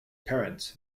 parents